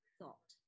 thought